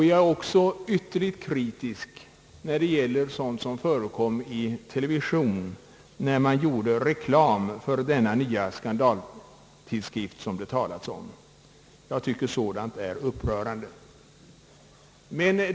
Jag är ytterligt kritisk också när det gäller en del av sådant som förekommer i televisionen, exempelvis när man där gjorde reklam för denna nya skandaltidskrift, som det talas om. Jag tycker sådant är upprörande.